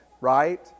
right